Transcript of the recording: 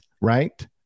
right